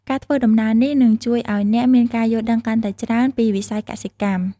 ការធ្វើដំណើរនេះនឹងជួយឱ្យអ្នកមានការយល់ដឹងកាន់តែច្រើនពីវិស័យកសិកម្ម។